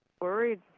worried